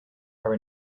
are